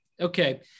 Okay